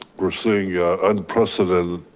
we're seeing unprecedented